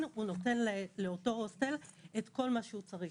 הוא נותן לאותו הוסטל את כל מה שהוא צריך.